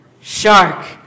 shark